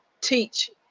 teach